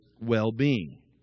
well-being